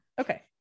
okay